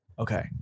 Okay